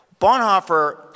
Bonhoeffer